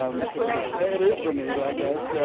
um that's for you. it is for me i guess.